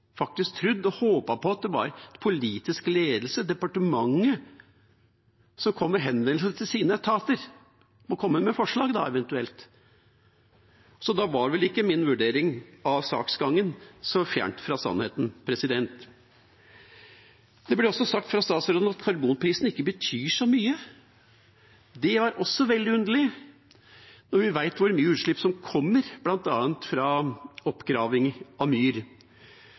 faktisk trodd og håpet på at det var politisk ledelse, departementet, som kom med henvendelsen til sine etater om eventuelt å komme med forslag. Så da var vel ikke min vurdering av saksgangen så fjernt fra sannheten. Det blir sagt fra statsråden at karbonprisen ikke betyr så mye. Det er også veldig underlig, når vi vet hvor mye utslipp som kommer bl.a. fra oppgraving av myr,